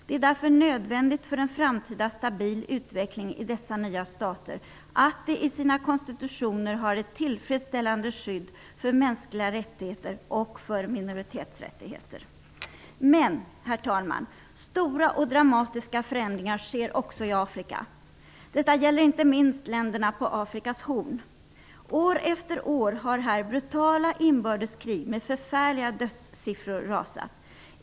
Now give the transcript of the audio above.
Det är därför nödvändigt för en framtida stabil utveckling i dessa nya stater att de i sina konstitutioner har ett tillfredsställande skydd för mänskliga rättigheter och för minoritetsrättigheter. Men, herr talman, stora och dramatiska förändringar sker också i Afrika. Detta gäller inte minst länderna på Afrikas horn. År efter år har här brutala inbördeskrig rasat, med förfärliga dödssiffror.